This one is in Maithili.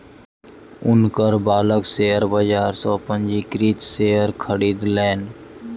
हुनकर बालक शेयर बाजार सॅ पंजीकृत शेयर खरीदलैन